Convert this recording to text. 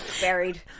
buried